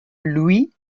luye